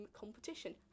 competition